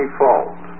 fault